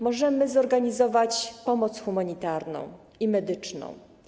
Możemy zorganizować pomoc humanitarną i medyczną.